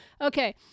Okay